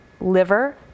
liver